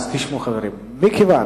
תשמעו, חברים, מכיוון